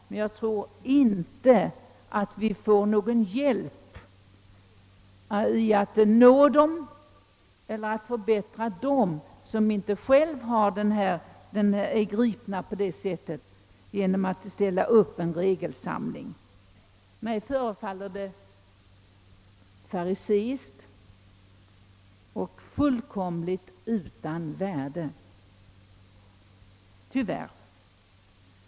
Däremot tror jag inte att vi får någon hjälp till att förbättra dem som inte själva är gripna på det sättet genom att ställa upp en regelsamling. Mig förefaller det fariseiskt och fullkomligt utan värde — tyvärr.